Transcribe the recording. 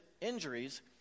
injuries